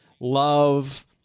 love